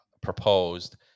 proposed